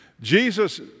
Jesus